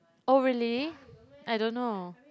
oh really I don't know